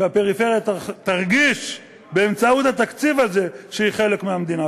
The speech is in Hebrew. שהפריפריה תרגיש באמצעות התקציב הזה שהיא חלק מהמדינה.